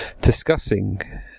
discussing